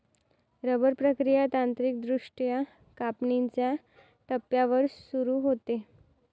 rubber प्रक्रिया तांत्रिकदृष्ट्या कापणीच्या टप्प्यावर सुरू होते